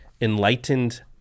Enlightened